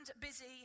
busy